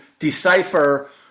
Decipher